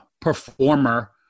performer